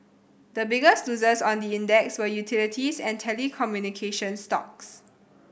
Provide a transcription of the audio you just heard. the biggest losers on the index were utilities and telecommunication stocks